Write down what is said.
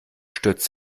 stürzt